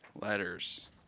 letters